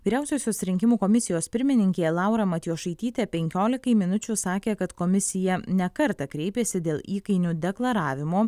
vyriausiosios rinkimų komisijos pirmininkė laura matjošaitytė penkiolikai minučių sakė kad komisija ne kartą kreipiasi dėl įkainių deklaravimo